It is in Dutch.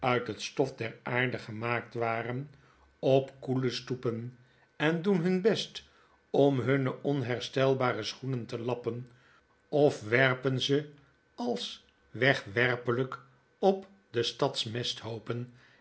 uit het stof der aardegemaakt waren op koele stoepen en doen hun best om hunne onherstelbare schoenen te lappen of werpen ze als wegwerpelijk op de